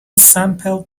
sampled